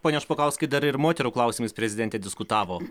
pone špokauskai dar ir moterų klausimais prezidentė diskutavo